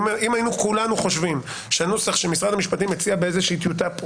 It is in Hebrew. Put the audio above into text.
אם כולנו היינו חושבים שהנוסח שמשרד המשפטים מציע באיזושהי טיוטה פה